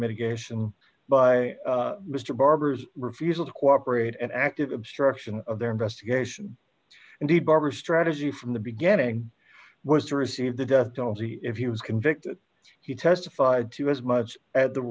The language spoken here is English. mitigation by mr barber's refusal to cooperate an active obstruction of their investigation and he barbour strategy from the beginning was to receive the death penalty if he was convicted he testified to as much as the